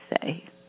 say